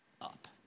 up